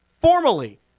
formally